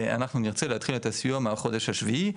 אנחנו נרצה להתחיל את הסיוע מהחודש השביעי,